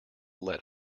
let